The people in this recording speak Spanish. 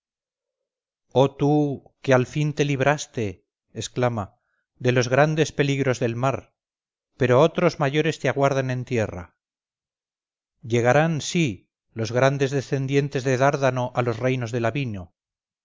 oh tú que al fin te libraste exclama de los grandes peligros del mar pero otros mayores te aguardan en tierra llegarán sí los grandes descendientes de dárdano a los reinos de lavino